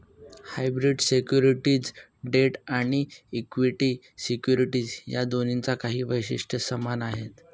hybrid securities debt आणि equity securities या दोन्हींची काही वैशिष्ट्ये समान आहेत